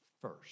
first